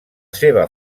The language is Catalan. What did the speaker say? seva